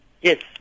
Yes